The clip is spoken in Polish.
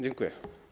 Dziękuję.